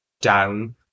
down